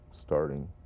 starting